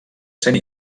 sent